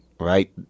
Right